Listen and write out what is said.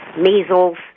measles